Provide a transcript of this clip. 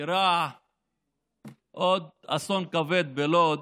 אירע עוד אסון כבד בלוד: